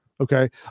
Okay